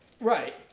Right